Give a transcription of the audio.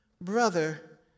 brother